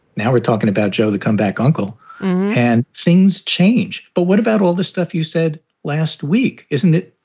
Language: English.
now we're talking about joe the comeback uncle and things change. but what about all the stuff you said last week, isn't it?